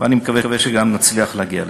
ואני מקווה שגם נצליח להגיע לזה.